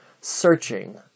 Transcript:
searching